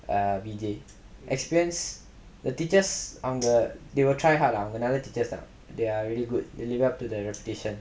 err V_J experience the teachers அவங்க:avanga they will try hard lah the teachers are they are really good live up to their reputation